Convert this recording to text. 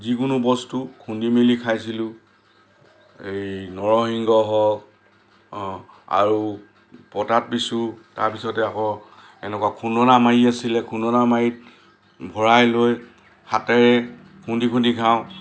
যিকোনো বস্তু খুন্দি মেলি খাইছিলোঁ এই নৰসিংহ হওক আৰু পতাত পিছো তাৰপিছতে আকৌ এনেকুৱা খুন্দনা মাৰি আছিলে খুন্দনা মাৰি ভৰাই লৈ হাতেৰে খুন্দি খুন্দি খাওঁ